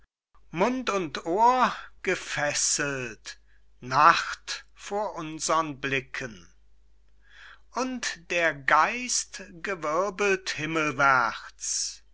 mund und ohr gefesselt nacht vor unsern blicken und der geist gewirbelt